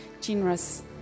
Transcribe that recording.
generous